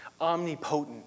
omnipotent